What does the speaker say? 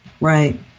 right